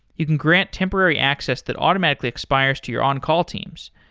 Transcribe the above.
you can grant temporary access that automatically expires to your on-call teams.